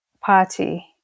party